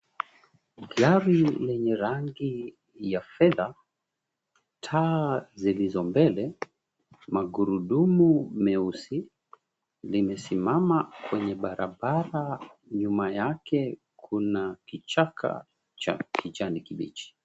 Gari lenye rangi ya fedha, taa zilizombele, magurudumu meusi limesimama kwenye barabara nyuma yake kuna kichaka cha kijani kibichi.